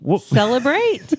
Celebrate